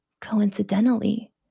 Coincidentally